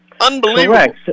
Unbelievable